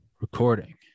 recording